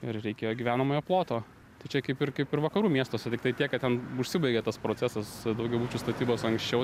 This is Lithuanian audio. ir reikėjo gyvenamojo ploto tai čia kaip ir kaip ir vakarų miestuose tiktai tiek kad ten užsibaigė tas procesas daugiabučių statybos anksčiau